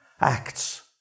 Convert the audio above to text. acts